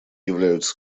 являются